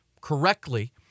correctly